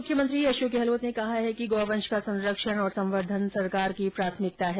मुख्यमंत्री अशोक गहलोत ने कहा है कि गौवंश का संरक्षण एवं संवर्धन सरकार की प्राथमिकता है